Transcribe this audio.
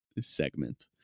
segment